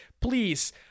please